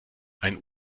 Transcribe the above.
ein